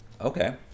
Okay